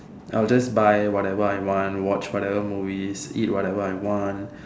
I would buy whatever I want watch whatever movies eat whatever I want